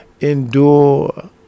endure